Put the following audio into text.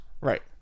Right